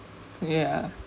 yeah